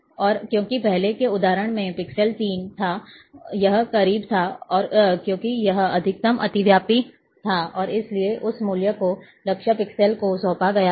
और क्योंकि पहले के उदाहरण में पिक्सेल 3 था यह करीब था क्योंकि यह अधिकतम अतिव्यापी था और इसलिए उस मूल्य को लक्ष्य पिक्सेल को सौंपा गया है